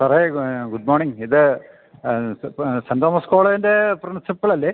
സാറേ good morning ഇത് Saint Thomas കോളേജിൻ്റെ പ്രിൻസിപ്പൽ അല്ലേ